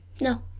No